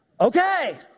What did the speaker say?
Okay